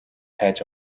хайж